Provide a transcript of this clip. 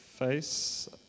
face